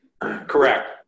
correct